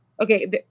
Okay